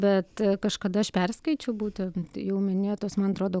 bet kažkada aš perskaičiau būtent jau minėtos man atrodo